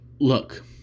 Look